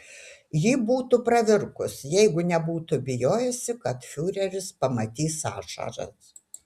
ji būtų pravirkus jeigu nebūtų bijojusi kad fiureris pamatys ašaras